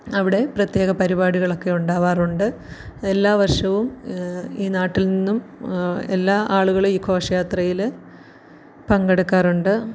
അവിടെ പ്രത്യേക പരിപാടികളൊക്കെ ഉണ്ടാകാറുണ്ട് എല്ലാ വർഷവും ഈ നാട്ടിൽ നിന്നും എല്ലാ ആളുകള് ഈ ഘോഷയാത്രയില് പങ്കെടുക്കാറുണ്ട്